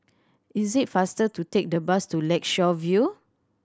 is it faster to take the bus to Lakeshore View